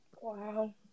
Wow